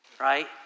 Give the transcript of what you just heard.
Right